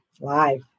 live